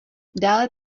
dále